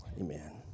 amen